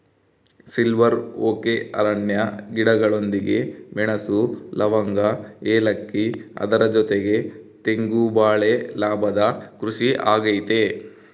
silver oak ಅರಣ್ಯ ಗಿಡಗಳೊಂದಿಗೆ ಮೆಣಸು, ಲವಂಗ, ಏಲಕ್ಕಿ ಅದರ ಜೊತೆಗೆ ತೆಂಗು ಬಾಳೆ ಲಾಭದ ಕೃಷಿ ಆಗೈತೆ